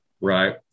Right